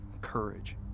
courage